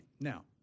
Now